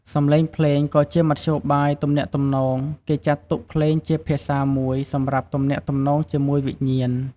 សម្លេងភ្លេងក៏ជាមធ្យោបាយទំនាក់ទំនង គេចាត់ទុកភ្លេងជាភាសាមួយសម្រាប់ទំនាក់ទំនងជាមួយវិញ្ញាណ។